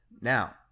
Now